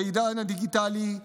בעידן הדיגיטלי,